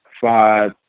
five